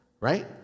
right